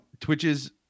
twitches